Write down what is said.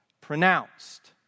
pronounced